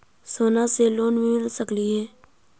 सोना से लोन मिल सकली हे?